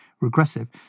regressive